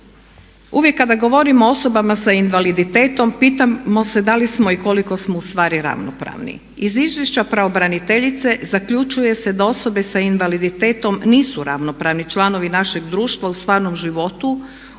Uvijek kada govorim o osobama sa invaliditetom pitamo se da li smo i koliko smo u stvari ravnopravni. Iz izvješća pravobraniteljice zaključuje se da osobe sa invaliditetom nisu ravnopravni članovi našeg društva u stvarnom životu,